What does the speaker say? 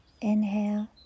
Inhale